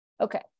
Okay